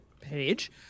page